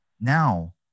Now